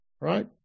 right